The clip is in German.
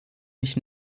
mich